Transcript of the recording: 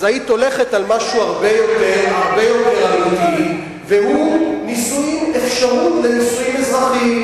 אז היית הולכת על משהו הרבה יותר עממי והוא אפשרות לנישואים אזרחיים.